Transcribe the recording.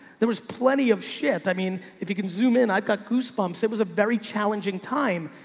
there was plenty of shit. i mean, if you can zoom in, i've got goosebumps. it was a very challenging time.